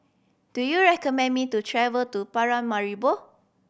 do you recommend me to travel to Paramaribo